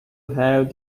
have